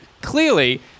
Clearly